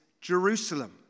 Jerusalem